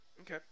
Okay